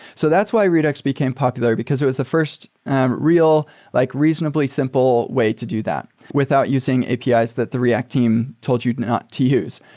so that's why redux became popular, because it was the first real like reasonably simple way to do that without using apis that the react team told you not to use.